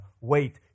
wait